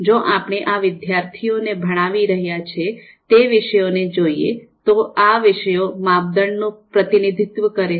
જો આપણે આ વિદ્યાર્થીઓ ને ભણાવી રહ્યા છે તે વિષયો ને જોઈએ તો આ વિષયો માપદંડનું પ્રતિનિધિત્વ કરે છે